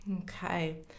Okay